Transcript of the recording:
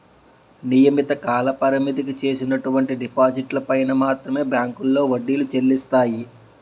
నియమిత కాలపరిమితికి చేసినటువంటి డిపాజిట్లు పైన మాత్రమే బ్యాంకులో వడ్డీలు చెల్లిస్తాయి